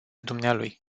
dumnealui